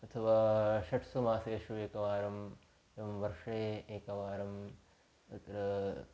अथवा षट्सु मासेषु एकवारं एवं वर्षे एकवारं तत्र